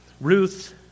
Ruth